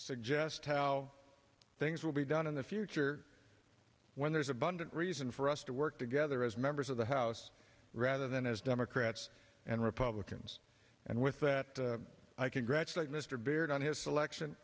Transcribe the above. suggest how things will be done in the future when there is abundant reason for us to work together as members of the house rather than as democrats and republicans and with that i congratulate mr beard on his selection